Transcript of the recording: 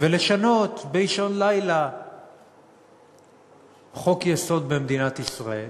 ולשנות באישון לילה חוק-יסוד במדינת ישראל.